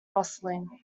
bustling